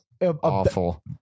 awful